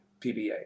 PBA